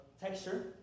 texture